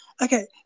okay